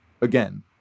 again